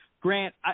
Grant